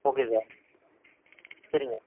okay sir சரிங்க